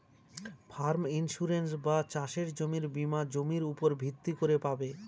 farm insurance বা চাসের জমির বীমা জমির উপর ভিত্তি করে পাবে